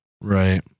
Right